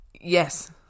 Yes